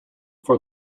for